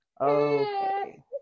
Okay